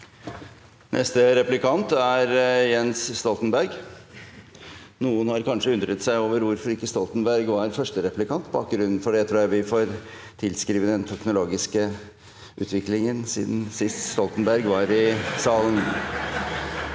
andre dag 2013 Noen har kanskje undret seg over hvorfor ikke Stoltenberg var første replikant. Bakgrunnen for det tror jeg vi får tilskrive den teknologiske utviklingen siden sist Stoltenberg var i salen.